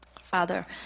father